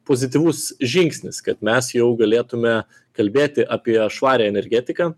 pozityvus žingsnis kad mes jau galėtume kalbėti apie švarią energetiką